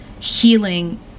healing